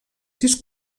sis